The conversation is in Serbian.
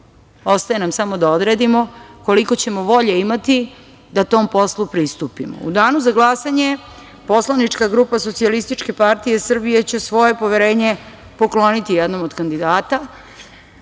Ostaje nam samo da odredimo koliko ćemo volje imati da tom poslu pristupimo.U danu za glasanje poslanička grupa Socijalističke partije Srbije će svoje poverenje pokloniti jednom od kandidata.